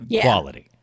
quality